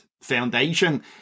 foundation